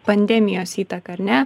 pandemijos įtaka ar ne